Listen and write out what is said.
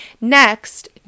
next